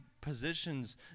positions